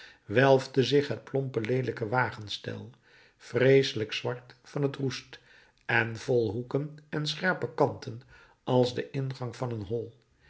welfde zich het plompe leelijke wagenstel vreeselijk zwart van het roest en vol hoeken en scherpe kanten als de ingang van een hol